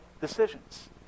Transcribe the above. decisions